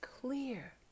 clear